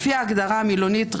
לפי ההגדרה המילונית,